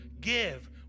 give